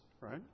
right